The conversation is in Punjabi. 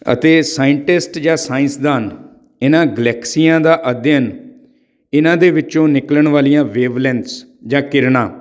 ਅਤੇ ਸਾਇੰਟਿਸਟ ਜਾਂ ਸਾਇੰਸਦਾਨ ਇਹਨਾਂ ਗਲੈਕਸੀਆਂ ਦਾ ਅਧਿਐਨ ਇਹਨਾਂ ਦੇ ਵਿੱਚੋਂ ਨਿਕਲਣ ਵਾਲੀਆਂ ਵੇਵਲੈਂਸ ਜਾਂ ਕਿਰਨਾਂ